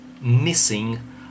missing